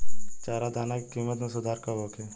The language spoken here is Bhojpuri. चारा दाना के किमत में सुधार कब होखे?